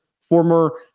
former